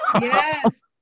Yes